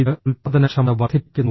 ഇത് ഉൽപ്പാദനക്ഷമത വർദ്ധിപ്പിക്കുന്നു